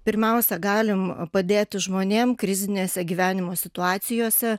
pirmiausia galim padėti žmonėm krizinėse gyvenimo situacijose